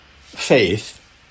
faith